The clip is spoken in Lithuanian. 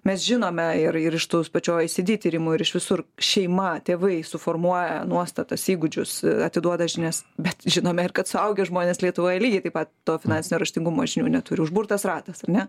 mes žinome ir ir iš tų pačio oecd tyrimų ir iš visur šeima tėvai suformuoja nuostatas įgūdžius atiduoda žinias bet žinome ir kad suaugę žmonės lietuvoje lygiai taip pat to finansinio raštingumo žinių neturi užburtas ratas ar ne